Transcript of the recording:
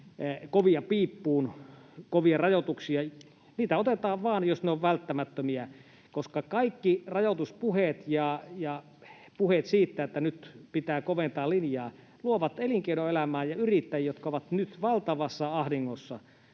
kovia piippuun, kovia rajoituksia. Niitä otetaan vain jos ne ovat välttämättömiä, koska kaikki rajoituspuheet ja puheet siitä, että nyt pitää koventaa linjaa, luovat elinkeinoelämään ja yrittäjiin, jotka ovat nyt valtavassa ahdingossa,